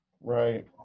Right